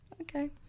Okay